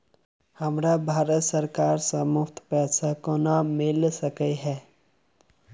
हमरा भारत सरकार सँ मुफ्त पैसा केना मिल सकै है?